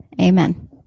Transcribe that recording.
Amen